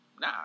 Nah